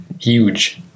huge